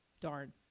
Darn